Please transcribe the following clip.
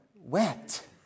Wet